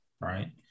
right